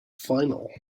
final